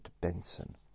Benson